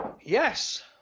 Yes